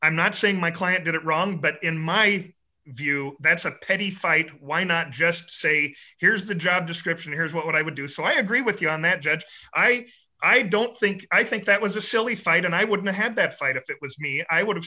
i'm not saying my client did it wrong but in my view that's a petty fight why not just say here's the job description here's what i would do so i agree with you on that judge i don't think i think that was a silly fight and i wouldn't had that fight if it was me i would have